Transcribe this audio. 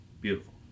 beautiful